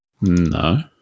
No